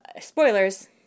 Spoilers